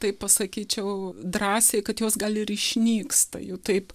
taip pasakyčiau drąsiai kad jos gal ir išnyksta jų taip